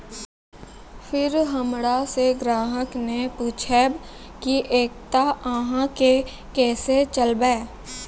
फिर हमारा से ग्राहक ने पुछेब की एकता अहाँ के केसे चलबै?